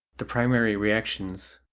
the primary reactions,